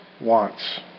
wants